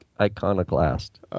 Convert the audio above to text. iconoclast